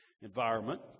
environment